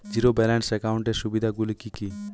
Zero balance একাউন্টের সুবিধা গুলি কি কি?